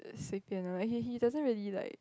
uh 随便 ah he he doesn't really like